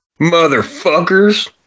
motherfuckers